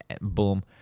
Boom